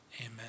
Amen